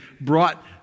brought